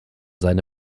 seine